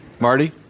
Marty